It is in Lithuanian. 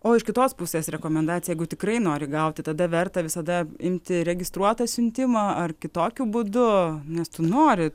o iš kitos pusės rekomendacija jeigu tikrai nori gauti tada verta visada imti registruotą siuntimą ar kitokiu būdu nes tu nori